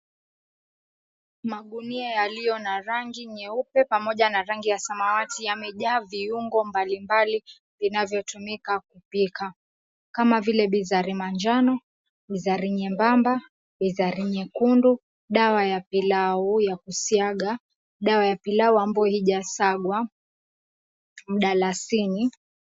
Magunia yaliyo na rangi nyeupe pamoja na yaliyo na rangi ya samawati yamejaa viungo mbalimbali vinavyotumika kupika kama vile bizari manjano, bizari nyembamba, bizari nyekundu, dawa ya pilau ya kusaga, dawa ya pilau amabayo haijasagwa, mdalasini.